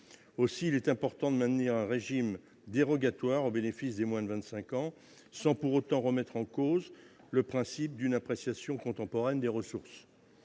aussi il est important de maintenir un régime dérogatoire au bénéfice des moins de 25 ans, sans pour autant remettre en cause le principe d'une appréciation contemporaine des ressources,